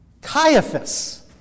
Caiaphas